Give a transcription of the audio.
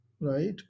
right